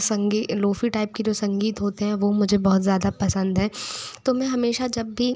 संगी lofi type के जो संगीत होते हैं वो मुझे बहुत ज़्यादा पसंद हैं तो मैं हमेशा जब भी